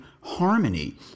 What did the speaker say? harmony